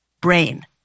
brain